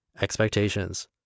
Expectations